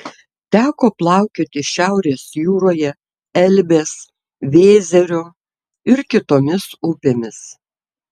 teko plaukioti šiaurės jūroje elbės vėzerio ir kitomis upėmis